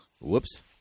Whoops